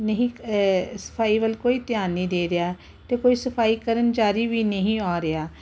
ਨਹੀਂ ਸਫਾਈ ਵਲ ਕੋਈ ਧਿਆਨ ਨਹੀਂ ਦੇ ਰਿਹਾ ਅਤੇ ਕੋਈ ਸਫਾਈ ਕਰਮਚਾਰੀ ਵੀ ਨਹੀਂ ਆ ਰਿਹਾ